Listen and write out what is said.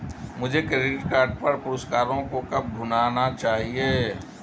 मुझे credit card पर पुरस्कारों को कब भुनाना चाहिए?